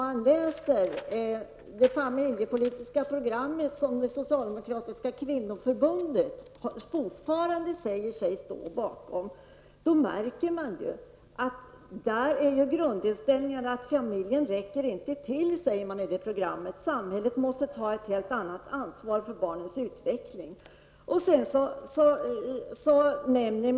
I det familjepolitiska program som det socialdemokratiska kvinnoförbundet fortfarande säger sig stå bakom är grundinställningen att familjen inte räcker till. Samhället måste ta ett helt annat ansvar för barnens utveckling, heter det i programmet.